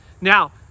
Now